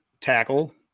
tackle